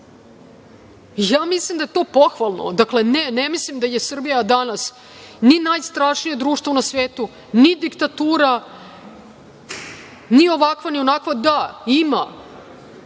Ja mislim da je to pohvalno. Dakle, ne, ne mislim da je Srbija danas ni najstrašnije društvo na svetu, ni diktatura, ni ovakva, ni onakva. Da, ima